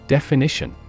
Definition